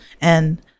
And-